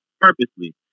Purposely